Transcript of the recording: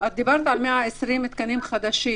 דיברת על 180 תקנים חדשים.